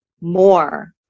more